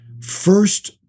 First